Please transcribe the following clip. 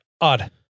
Odd